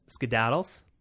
skedaddles